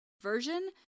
version